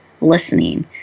listening